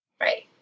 Right